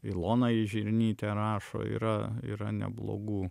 ilona ižirnytė rašo yra yra neblogų